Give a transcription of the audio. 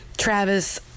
Travis